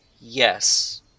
Yes